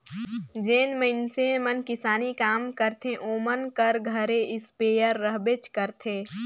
जेन मइनसे मन किसानी काम करथे ओमन कर घरे इस्पेयर रहबेच करथे